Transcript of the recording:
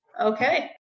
Okay